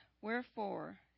Wherefore